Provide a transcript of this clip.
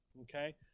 Okay